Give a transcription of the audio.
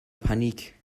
panique